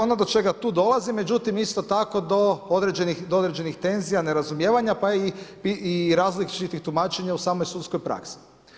Ono do čega tu dolazi međutim isto tako do određenih tenzija nerazumijevanja pa i različitih tumačenja u samoj sudskoj praksi.